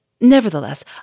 Nevertheless